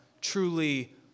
truly